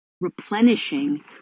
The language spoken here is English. replenishing